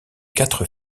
quatre